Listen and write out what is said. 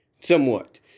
somewhat